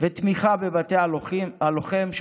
ותמיכה בבתי הלוחם,